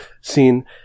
seen